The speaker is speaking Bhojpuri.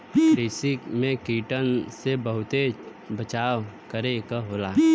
कृषि में कीटन से बहुते बचाव करे क होला